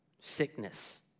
Sickness